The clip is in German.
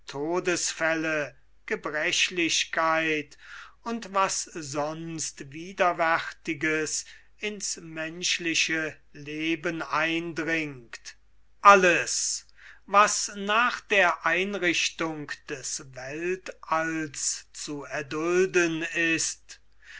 todesfälle gebrechlichkeit und was sonst widerwärtiges in's menschliche leben eindringt alles was nach der einrichtung des weltalls zu erdulden ist